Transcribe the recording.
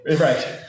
Right